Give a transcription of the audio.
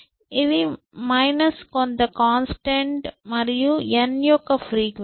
ఇది మైనస్ కొంత constant time మరియు n యొక్క ఫ్రీక్వెన్సీ